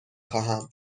خواهم